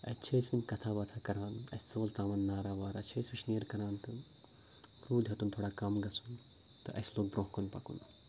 اَتہِ چھِ أسۍ وٕنہِ کَتھاہ باتھاہ کَران اَسہِ زول تامَتھ نارا وارا چھِ أسۍ وٕشںیر کَران تہٕ روٗد ہیوٚتُن تھوڑا کَم گژھُن تہٕ اَسہِ لوٚگ برونٛہہ کُن پَکُن